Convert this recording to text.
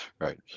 right